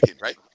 right